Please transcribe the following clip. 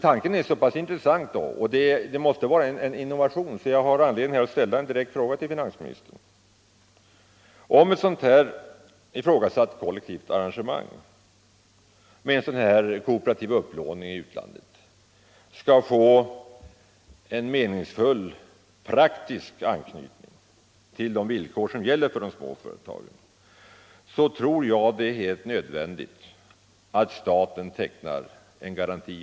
Tanken är emellertid intressant, och den måste innebära en innovation. Det ger mig anledning att ställa en direkt fråga till finansministern. Om ett sådant här ifrågasatt kollektivt arrangemang med kooperativ upplåning i utlandet skall få en meningsfull praktisk anknytning till de villkor som gäller för de små företagen, tror jag att det är helt nödvändigt att staten tecknar en garanti.